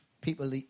people